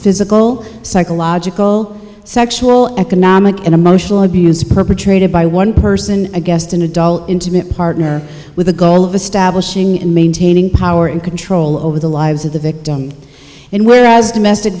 physical psychological sexual economic and emotional abuse perpetrated by one person against an adult intimate partner with the goal of establishing and maintaining power and control over the lives of the victim and whereas domestic